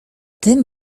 tym